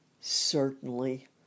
Certainly